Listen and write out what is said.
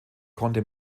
konnte